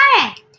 correct